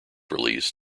release